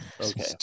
Okay